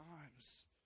times